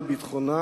בביטחונה,